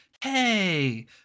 hey